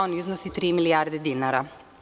On iznosi tri milijardi dinara.